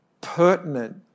pertinent